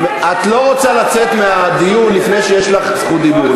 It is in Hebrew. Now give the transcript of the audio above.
את לא רוצה לצאת מהדיון לפני שיש לך זכות דיבור,